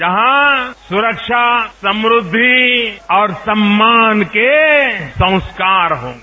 जहां सुरक्षा समृद्धि और सम्मान के संस्कार होंगे